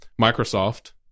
microsoft